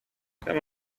come